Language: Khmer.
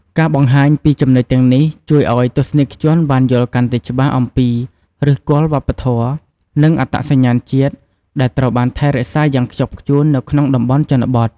ការបង្ហាញពីចំណុចទាំងនេះ ជួយឱ្យទស្សនិកជនបានយល់កាន់តែច្បាស់អំពី ឫសគល់វប្បធម៌ និងអត្តសញ្ញាណជាតិ ដែលត្រូវបានថែរក្សាយ៉ាងខ្ជាប់ខ្ជួននៅក្នុងតំបន់ជនបទ។